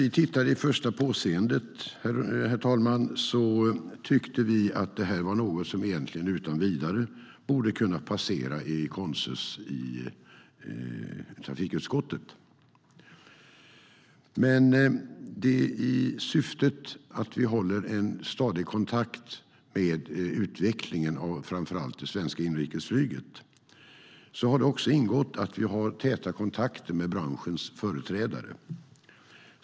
Vid ett första påseende, herr talman, tyckte vi att det här var något som egentligen utan vidare borde kunna passera i konsensus i trafikutskottet. I syfte att hålla en stadig kontakt med utvecklingen av framför allt det svenska inrikesflyget har det också ingått att vi har täta kontakter med branschens företrädare.